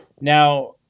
now